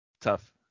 Tough